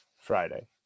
Friday